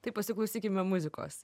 tai pasiklausykime muzikos